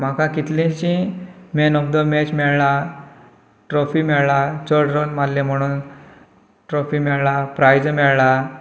म्हाका कितलिशीच man of the match मेळ्ळां ट्रॉफी मेळ्ळां चड रन मारले म्हणून ट्रॉफी मेळ्ळां प्रायजा मेळ्ळां